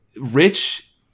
rich